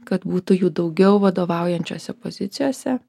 kad būtų jų daugiau vadovaujančiose pozicijose